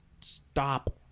stop